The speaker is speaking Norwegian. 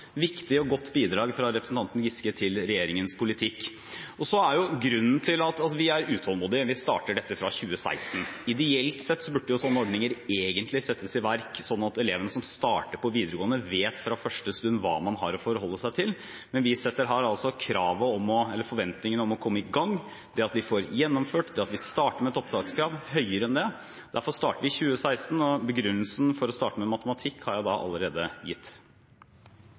viktig og godt bidrag fra representanten Giske til regjeringens politikk. Vi er utålmodige, vi starter dette fra 2016. Ideelt sett burde sånne ordninger settes i verk sånn at elever som starter på videregående, fra første stund vet hva man har å forholde seg til. Vi setter her forventningen om å komme i gang ved at vi får gjennomført det, og ved at vi starter med et høyere opptakskrav. Derfor starter vi i 2016, og begrunnelsen for å starte med matematikk har jeg allerede gitt.